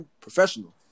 professional